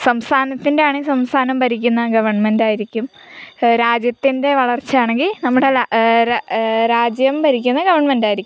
സംസ്ഥാനത്തിൻ്റെ ആണെങ്കിൽ സംസ്ഥാനം ഭരിക്കുന്ന ഗവൺമെൻറ് ആയിരിക്കും രാജ്യത്തിൻ്റെ വളർച്ചയാണെങ്കിൽ നമ്മുടെ രാ രാ രാജ്യം ഭരിക്കുന്ന ഗവൺമെൻറ് ആയിരിക്കും